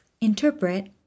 interpret